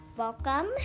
Welcome